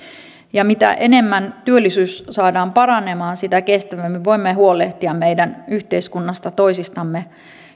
ja mitä enemmän työllisyys saadaan paranemaan sitä kestävämmin voimme huolehtia meidän yhteiskunnasta toisistamme